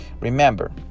remember